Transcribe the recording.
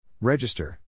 Register